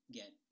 get